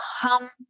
come